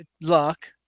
luck